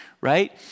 right